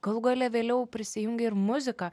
galų gale vėliau prisijungia ir muzika